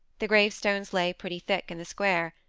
the gravestones lay pretty thick in the square,